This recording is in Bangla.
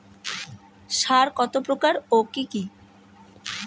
সার কত প্রকার ও কি কি?